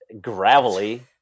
Gravelly